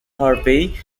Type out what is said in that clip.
harvey